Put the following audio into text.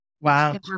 Wow